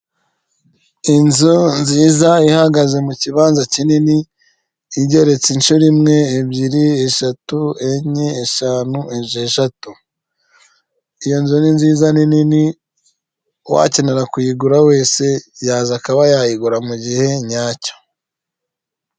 Inzu nziza ihagaze mu cyibanza cyinini igereretse inshuro imwe, ebyiri, eshatu, enye, eshanu, esheshatu iyo nzu ni nziza ni nini uwakenera kuyigura wese yaza akaba yayigura mugihe nyacyo.